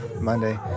Monday